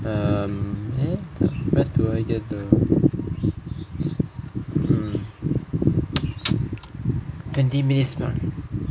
um eh where do I get to um anti maze